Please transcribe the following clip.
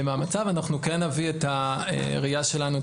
אנחנו כן נביא את הראייה שלנו,